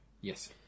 Yes